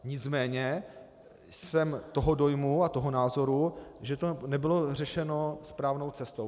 Nicméně jsem toho dojmu a toho názoru, že to nebylo řešeno správnou cestou.